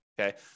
okay